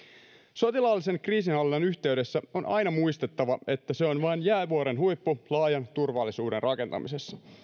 sotilaallisen kriisinhallinnan yhteydessä on aina muistettava että se on vain jäävuoren huippu laajan turvallisuuden rakentamisessa